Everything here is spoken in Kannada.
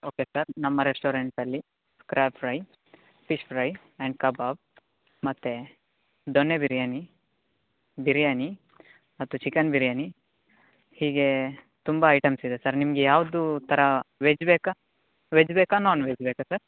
ಓಕೆ ಸರ್ ನಮ್ಮ ರೆಸ್ಟೋರೆಂಟಲ್ಲಿ crab fry fish fry and kebab ಮತ್ತು ದೊನ್ನೆ ಬಿರಿಯಾನಿ ಬಿರಿಯಾನಿ ಮತ್ತು ಚಿಕನ್ ಬಿರಿಯಾನಿ ಹೀಗೆ ತುಂಬ ಐಟಮ್ಸ್ ಇದೆ ಸರ್ ನಿಮಗೆ ಯಾವುದು ಥರ ವೆಜ್ ಬೇಕಾ ವೆಜ್ ಬೇಕಾ ನಾನ್ ವೆಜ್ ಬೇಕಾ ಸರ್